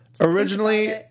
Originally